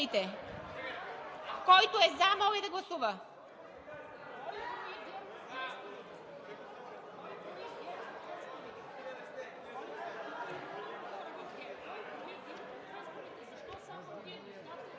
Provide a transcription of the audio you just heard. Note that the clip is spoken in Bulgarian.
Който е за, моля да гласува.